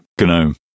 GNOME